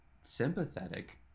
sympathetic